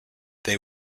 they